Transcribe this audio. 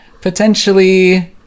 potentially